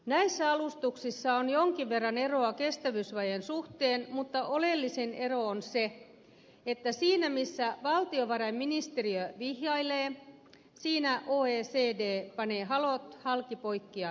näissä alustuksissa on jonkin verran eroa kestävyysvajeen suhteen mutta oleellisin ero on se että siinä missä valtiovarainministeriö vihjailee siinä oecd panee halot halki poikki ja pinoon